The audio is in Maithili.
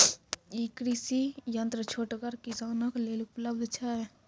ई कृषि यंत्र छोटगर किसानक लेल उपलव्ध छै?